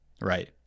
right